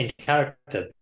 character